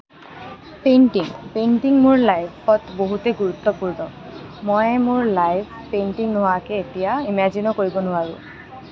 painting painting মোৰ লাইফত বহুতেই গুৰুত্বপূৰ্ণ মই মোৰ লাইফ পেইণ্টিং নোহোৱাকৈ এতিয়া ইমেজিনো কৰিব নোৱাৰোঁ